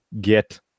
get